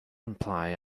imply